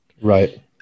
Right